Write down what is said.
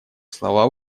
слова